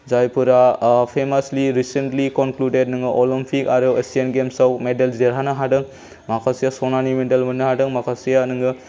जायफोरा famously recently concluded नोङो Olympic आरो एसियान गेम्सआव मेडेल्स देरहानो हादों माखासेया सनानि मेडेल मोननो हादों माखासेया नोङो